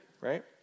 right